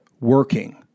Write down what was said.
working